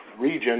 region